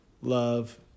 love